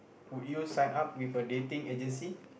would you sign up with a dating agency